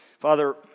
Father